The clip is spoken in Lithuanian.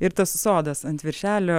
ir tas sodas ant viršelio